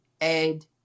Ed